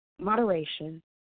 Moderation